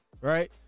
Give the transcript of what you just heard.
right